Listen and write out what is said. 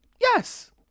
Yes